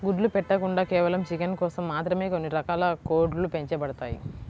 గుడ్లు పెట్టకుండా కేవలం చికెన్ కోసం మాత్రమే కొన్ని రకాల కోడ్లు పెంచబడతాయి